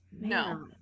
no